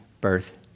birth